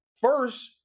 first